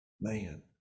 Man